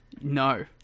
No